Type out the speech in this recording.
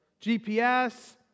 GPS